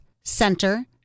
center